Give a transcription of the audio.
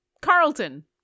Carlton